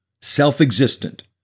self-existent